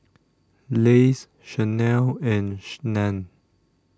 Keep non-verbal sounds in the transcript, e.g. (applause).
Lays Chanel and (unintelligible) NAN